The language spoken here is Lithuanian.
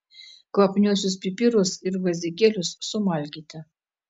kvapniuosius pipirus ir gvazdikėlius sumalkite